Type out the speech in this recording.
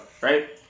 right